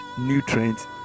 nutrients